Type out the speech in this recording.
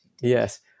Yes